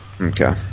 Okay